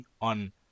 on